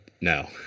No